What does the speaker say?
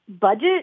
budget